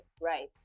right